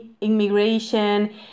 immigration